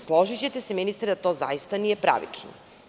Složićete se ministre da to zaista nije pravično.